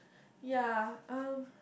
ya um